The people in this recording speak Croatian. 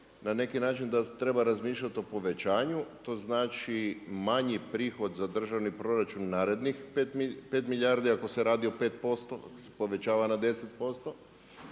na neki način da treba razmišljati o povećanju, to znači manji prihod za državni proračun narednih 5 milijardi, ako se radi o 5%, povećava za 10%,